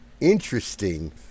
interesting